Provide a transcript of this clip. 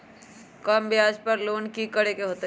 कम ब्याज पर लोन की करे के होतई?